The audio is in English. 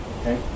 okay